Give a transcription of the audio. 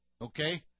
okay